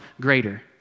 greater